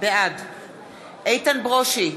בעד איתן ברושי,